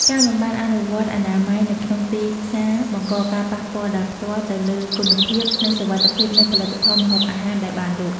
ការមិនបានអនុវត្តអនាម័យនៅក្នុងទីផ្សារបង្កការប៉ះពាល់ដោយផ្ទាល់ទៅលើគុណភាព និងសុវត្ថិភាពនៃផលិតផលម្ហូបអាហារដែលបានលក់។